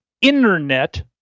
internet